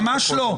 לא, ממש לא.